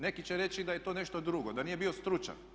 Neki će reći da je to nešto drugo da nije bio stručan.